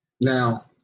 Now